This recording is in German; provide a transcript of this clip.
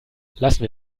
lassen